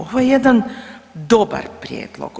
Ovo je jedna dobar prijedlog.